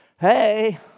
hey